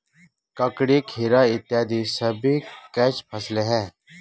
ककड़ी, खीरा इत्यादि सभी कैच फसलें हैं